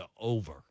over